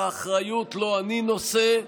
באחריות לא אני נושא,